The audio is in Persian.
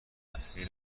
نسلی